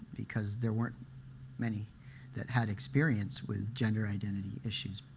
because there weren't many that had experience with gender identity issues.